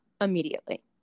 immediately